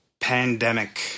pandemic